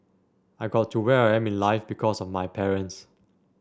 I got to where I am in life because of my parents